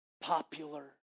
popular